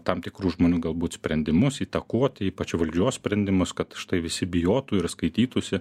tam tikrų žmonių galbūt sprendimus įtakoti ypač valdžios sprendimus kad štai visi bijotų ir skaitytųsi